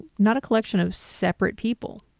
not a collection of separate people.